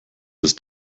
ist